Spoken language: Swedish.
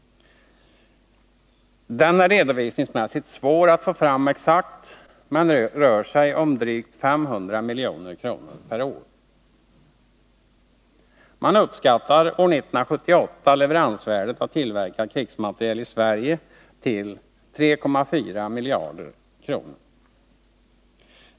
Den är redovisningsmässigt svår att få fram exakt men rör sig om drygt 500 milj.kr. per år. Man uppskattade år 1978 leveransvärdet av tillverkad krigsmateriel i Sverige till 3,4 miljarder kronor.